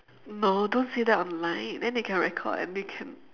no don't say that online then they can record and they can